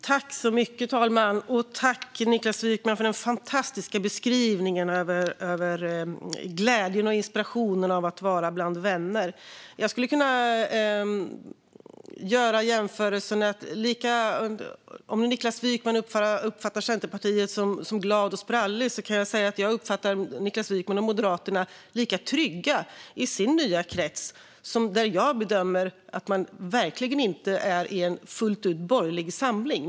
Fru talman! Tack, Niklas Wykman, för den fantastiska beskrivningen av glädjen och inspirationen i att vara bland vänner! Jag kan göra en jämförelse. Om Niklas Wykman uppfattar Centerpartiet som glatt och spralligt kan jag säga att jag uppfattar Niklas Wykman och Moderaterna som lika trygga i sin nya krets, där jag bedömer att man verkligen inte är i en fullt ut borgerlig samling.